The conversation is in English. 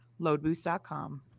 LoadBoost.com